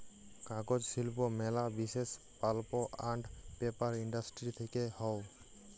কাগজ শিল্প ম্যালা বিসেস পাল্প আন্ড পেপার ইন্ডাস্ট্রি থেক্যে হউ